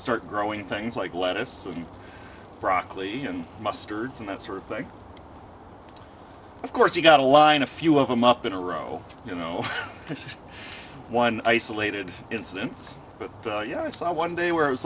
start growing things like lettuce and broccoli and mustards and that sort of thing of course you've got a line a few of them up in a row you know one isolated incidents but you know i saw one day where i was